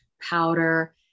powder